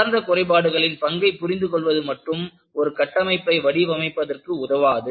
உள்ளார்ந்த குறைபாடுகளின் பங்கைப் புரிந்துகொள்வது மட்டும் ஒரு கட்டமைப்பை வடிவமைப்பதற்கு உதவாது